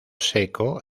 seco